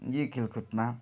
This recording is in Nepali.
यी खेलकुदमा